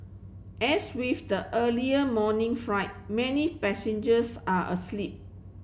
as with the earlier morning many passengers are asleep